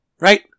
Right